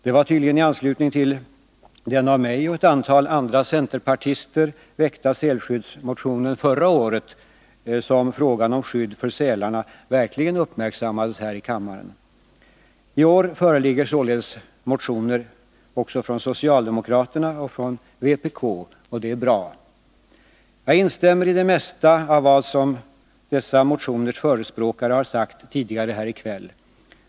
Det var tydligen i anslutning till den av mig och ett antal andra centerpartister väckta sälskyddsmotionen förra året som frågan om skydd för sälarna verkligen uppmärksammades här i kammaren. I år föreligger således motioner även från socialdemokraterna och från vpk, och det är bra. Jag instämmer i det mesta av vad förespråkarna för dessa motioner har sagt tidigare här i kväll.